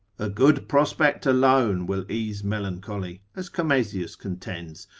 a good prospect alone will ease melancholy, as comesius contends,